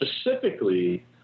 specifically